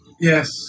Yes